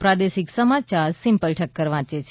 પ્રાદેશિક સમાચાર સિમ્પલ ઠક્કર વાંચે છે